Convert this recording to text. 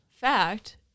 fact